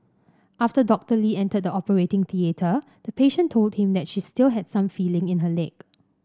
after Doctor Lee entered the operating theatre the patient told him that she still had some feeling in her leg